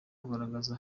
kugaragara